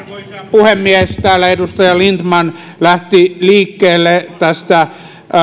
puhemies täällä edustaja lindtman lähti liikkeelle tästä